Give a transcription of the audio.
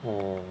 oh